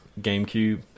GameCube